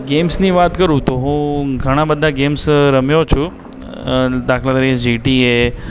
ગેમ્સની વાત કરું તો હું ઘણાં બધા ગેમ્સ રમ્યો છું અ દાખલા તરીકે જી ટી એ